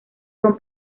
son